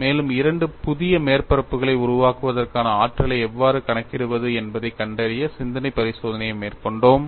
மேலும் இரண்டு புதிய மேற்பரப்புகளை உருவாக்குவதற்கான ஆற்றலை எவ்வாறு கணக்கிடுவது என்பதைக் கண்டறிய சிந்தனை பரிசோதனையை மேற்கொண்டோம்